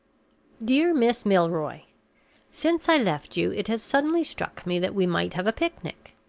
dear miss milroy since i left you it has suddenly struck me that we might have a picnic.